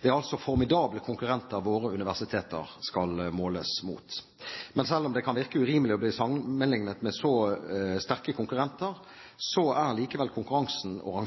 Det er altså formidable konkurrenter våre universiteter skal måles mot. Men selv om det kan virke urimelig å bli sammenlignet med så sterke konkurrenter, er likevel konkurransen og